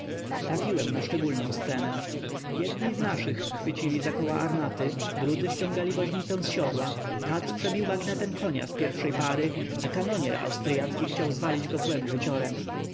trafiłem na szczególną scenę jedni z naszych chwycili za koła armaty drudzy ściągali woźnicę z siodła katz przebił bagnetem konia z pierwszej pary a kanonier austryacki chciał zwalić go w łeb wyciorem